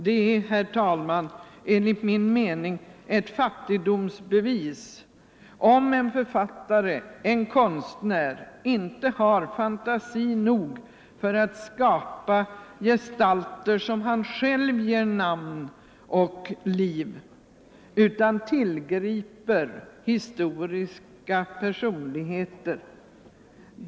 Det är enligt min mening ett fattigdomsbevis om en författare, en konstnär, inte har fantasi nog för att skapa gestalter som han själv ger namn och liv utan tillgriper historiska personligheter.